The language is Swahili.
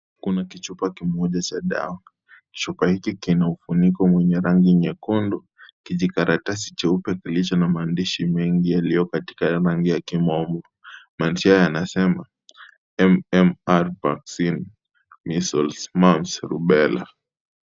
Kuna kichupa kimoja cha dawa chupa hiki kina ufuniko ya rangi nyekundu kijikaratasi jeupe kilicho na maandishi mengi yaliyo katika rangi ya nyeusi maandishi yanasema MMR vaccine, measles, mumps rubella.